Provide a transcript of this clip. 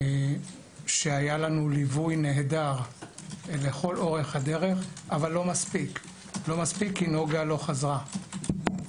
שהיה לנו ליווי נהדר לכל אורך הדרך אך לא מספיק כי נוגה לא חזרה.